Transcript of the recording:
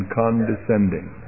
condescending